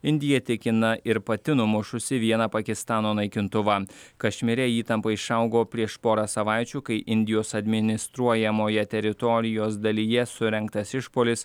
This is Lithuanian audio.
indija tikina ir pati numušusi vieną pakistano naikintuvą kašmyre įtampa išaugo prieš porą savaičių kai indijos administruojamoje teritorijos dalyje surengtas išpuolis